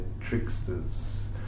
tricksters